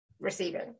Receiving